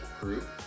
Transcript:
group